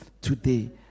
today